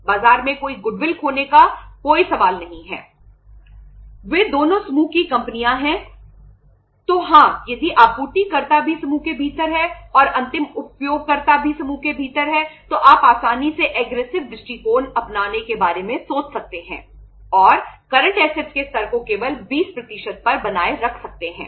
बाजार में कोई गुडविल के स्तर को केवल 20 पर बनाए रख सकते हैं